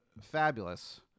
fabulous